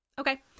Okay